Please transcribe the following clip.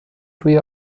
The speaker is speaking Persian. روی